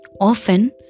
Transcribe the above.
often